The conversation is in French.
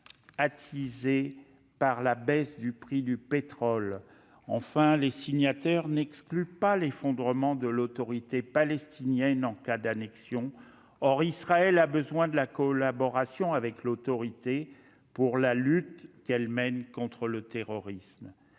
attisée par la baisse des prix du pétrole. Enfin, les signataires n'excluent pas un effondrement de l'Autorité palestinienne en cas d'annexion. Or Israël a besoin de la collaboration avec l'Autorité palestinienne dans la lutte qu'elle mène contre le terrorisme.